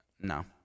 no